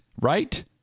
right